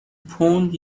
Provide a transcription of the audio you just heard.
پوند